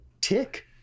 tick